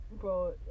Bro